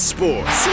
Sports